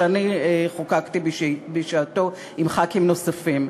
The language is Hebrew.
שאני חוקקתי בשעתו עם חברי כנסת נוספים.